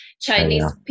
Chinese